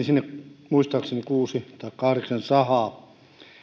sinne asennettiin muistaakseni kuusi tai kahdeksan sahaa